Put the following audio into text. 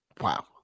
Wow